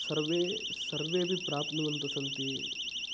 सर्वे सर्वेपि प्राप्नुवन्तः सन्ति